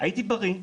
הייתי בריא,